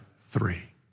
three